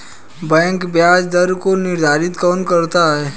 Bank ब्याज दर को निर्धारित कौन करता है?